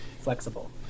flexible